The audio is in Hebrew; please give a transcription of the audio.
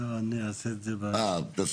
אני אעשה את זה בהמשך.